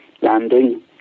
landing